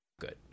good